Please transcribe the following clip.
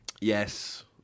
yes